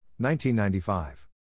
1995